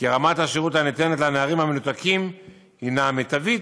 שרמת השירות הניתנת לנערים המנותקים היא מיטבית,